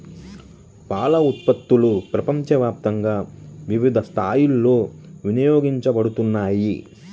పాల ఉత్పత్తులు ప్రపంచవ్యాప్తంగా వివిధ స్థాయిలలో వినియోగించబడుతున్నాయి